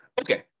Okay